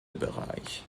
bereich